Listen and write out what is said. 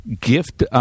gift